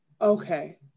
Okay